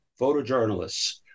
photojournalists